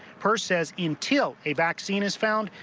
purse says until a vaccine is found,